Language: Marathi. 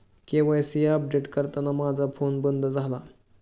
के.वाय.सी अपडेट करताना माझा फोन बंद झाला